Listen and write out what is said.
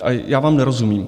A já vám nerozumím.